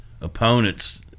opponents